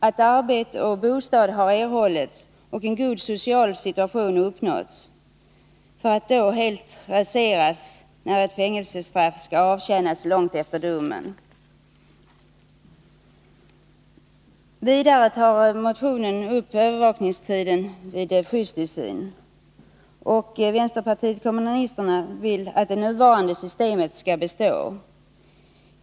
Om arbete och bostad har erhållits och en god social situation uppstått, kan detta helt raseras om ett fängelsestraff skall avtjänas långt efter domen. Vidare tar motionen upp övervakningstiden vid skyddstillsyn. Vänsterpartiet kommunisterna vill att det nuvarande systemet skall bestå.